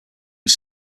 was